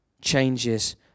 changes